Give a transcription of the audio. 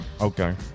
Okay